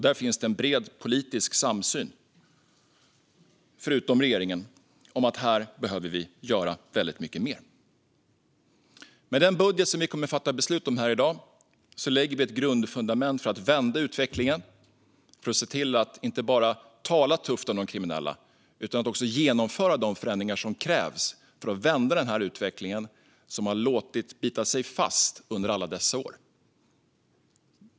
Där finns en bred politisk samsyn, förutom från regeringen, om att här behöver vi göra väldigt mycket mer. Med den budget vi kommer att fatta beslut om här i dag lägger vi ett grundfundament för att vända utvecklingen och se till att inte bara tala tufft om de kriminella utan också genomföra de förändringar som krävs för att vända den utveckling som man har låtit bita sig fast under alla dessa år.